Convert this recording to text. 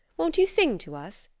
won't you sing to us?